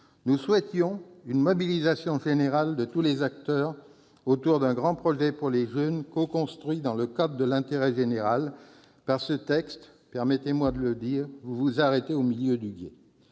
Nous souhaitions une mobilisation générale de tous les acteurs autour d'un grand projet pour les jeunes, coconstruit au service de l'intérêt général ; par ce texte, permettez-moi de vous le dire, madame la ministre, vous vous arrêtez au milieu du gué.